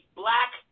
black